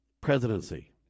presidency